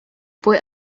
fue